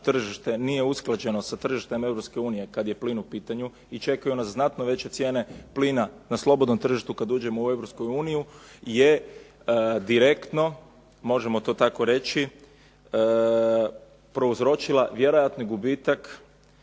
tržište nije usklađeno sa tržištem Europske unije kad je plin u pitanju i čekaju nas znatno veće cijene plina na slobodnom tržištu kad uđemo u Europsku uniju je direktno, možemo to tako reći prouzročila vjerojatni gubitak